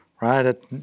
right